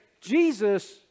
Jesus